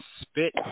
spit